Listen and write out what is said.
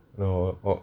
no or